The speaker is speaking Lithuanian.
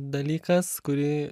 dalykas kurį